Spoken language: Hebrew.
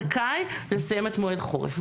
זכאי לסיים את מועד חורף.